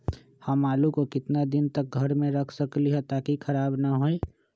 हम आलु को कितना दिन तक घर मे रख सकली ह ताकि खराब न होई?